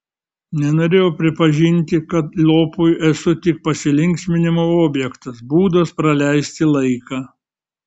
nenorėjau pripažinti kad lopui esu tik pasilinksminimo objektas būdas praleisti laiką